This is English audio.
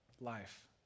life